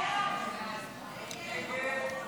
בעד, 36, נגד, 50,